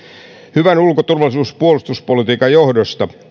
hyvän ulko turvallisuus ja puolustuspolitiikan johdosta